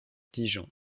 dijon